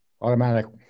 automatic